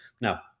Now